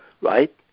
Right